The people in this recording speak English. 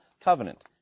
covenant